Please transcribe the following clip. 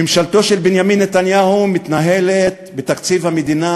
ממשלתו של בנימין נתניהו מתנהלת בתקציב המדינה